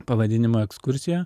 pavadinimu ekskursija